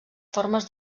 formes